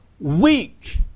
weak